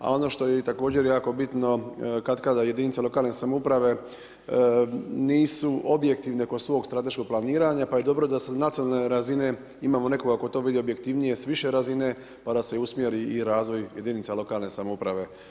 A ono što je također jako bitno katkada jedinica lokalne samouprave nisu objektivne kod svog strateškog planiranja pa je dobro da sa nacionalne razine imamo nekoga tko to vidi objektivnije s više razine pa da se usmjeri i razvoj jedinica lokalne samouprave.